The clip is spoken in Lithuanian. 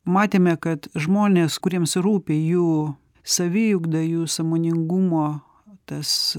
matėme kad žmonės kuriems rūpi jų saviugda jų sąmoningumo tas